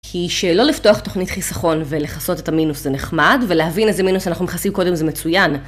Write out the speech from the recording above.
כי שלא לפתוח תוכנית חיסכון ולכסות את המינוס זה נחמד, ולהבין איזה מינוס אנחנו מכסים קודם זה מצוין.